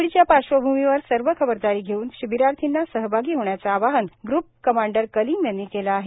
कोवीडच्या पार्श्वभूमीवर सर्व खबरदारी घेऊन शिबिरार्थींना सहभागी होण्याचे आवाहन ग्र्प कमांडर कलीम यांनी केलं आहे